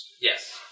Yes